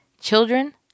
children